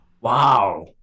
wow